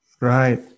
Right